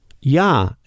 Ja